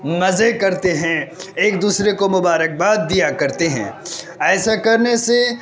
مزے کرتے ہیں ایک دوسرے کو مبارک باد دیا کرتے ہیں ایسا کرنے سے